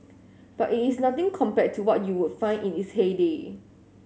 but it is nothing compared to what you would find in its heyday